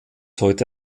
heute